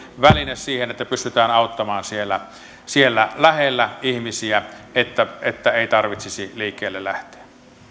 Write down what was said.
väline siinä että pystytään auttamaan siellä siellä lähellä ihmisiä että että ei tarvitsisi liikkeelle lähteä